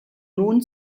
nun